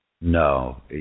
No